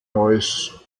neuss